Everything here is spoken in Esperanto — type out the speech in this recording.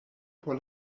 por